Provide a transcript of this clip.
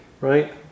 right